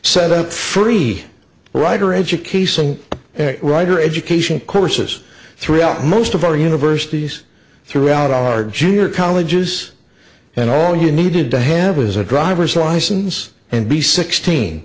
set up free rider education rider education courses throughout most of our universities throughout our junior colleges and all you needed to have was a driver's license and be sixteen